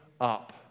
up